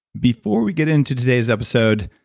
before we get into today's episode,